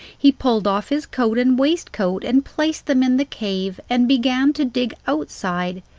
he pulled off his coat and waistcoat and placed them in the cave, and began to dig outside,